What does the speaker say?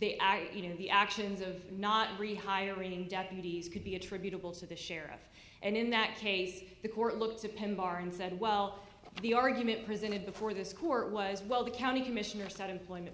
they i you know the actions of not rehiring deputies could be attributable to the sheriff and in that case the court looked at him bar and said well the argument presented before this court was well the county commissioner said employment